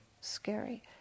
scary